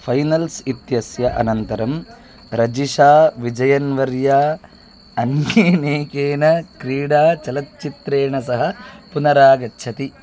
finals इत्यस्य अनन्तरं रजिशा विजयन्वर्या अन्येनेकेन क्रीडाचलच्चित्रेण सह पुनरागच्छति